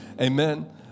amen